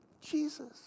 Jesus